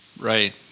Right